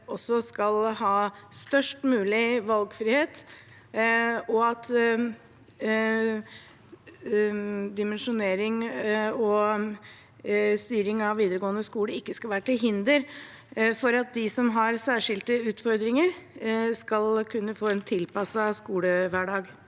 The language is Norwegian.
skal ha størst mulig valgfrihet, og at dimensjonering og styring av videregående skole ikke skal være til hinder for at de som har særskilte utfordringer, skal kunne få en tilpasset skolehverdag.